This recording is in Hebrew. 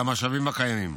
למשאבים הקיימים.